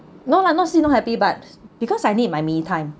no lah not say not happy but because I need my me time